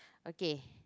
okay